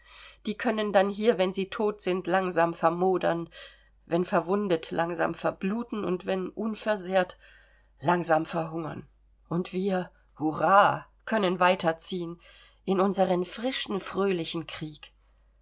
die können dann hier wenn sie tot sind langsam vermodern wenn verwundet langsam verbluten und wenn unversehrt langsam verhungern und wir hurrah können weiterziehen in unseren frischen fröhlichen krieg